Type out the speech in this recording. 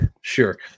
Sure